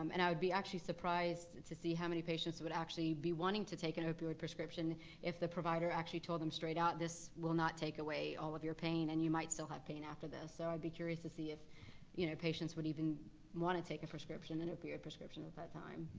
um and i would be actually surprised to see how many patients would actually be wanting to take an opioid prescription if the provider actually told them straight out, this will not take away all of your pain and you might still have pain after this. so i'd be curious to see if you know patients would even wanna take a prescription, an and opioid prescription at that time.